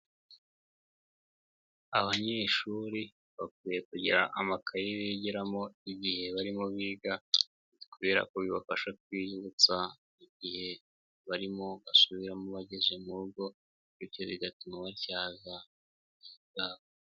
Abanyeshuri bakwiye kugira amakayi bigiramo igihe barimo biga kubera ko bibafasha kwiyibutsa igihe barimo basubiramo bageze mu rugo bityo bigatuma batyaza ubwenge bwabo.